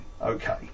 okay